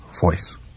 voice